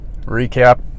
recap